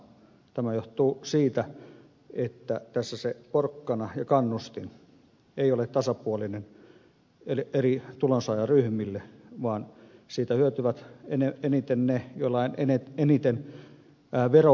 tämä johtuu siitä että tässä se porkkana ja kannustin ei ole tasapuolinen eri tulonsaajaryhmille vaan siitä hyötyvät eniten ne joilla on eniten verovähennettävää